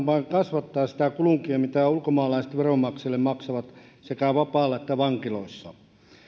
vain kasvattaa sitä kulunkia mitä ulkomaalaiset veronmaksajille maksavat sekä vapaalla että vankiloissa